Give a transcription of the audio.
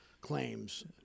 claims